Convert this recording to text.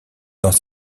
dans